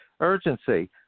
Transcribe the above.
urgency